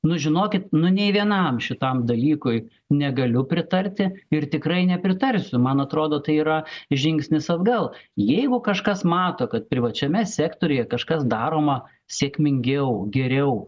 nu žinokit nu nei vienam šitam dalykui negaliu pritarti ir tikrai nepritarsiu man atrodo tai yra žingsnis atgal jeigu kažkas mato kad privačiame sektoriuje kažkas daroma sėkmingiau geriau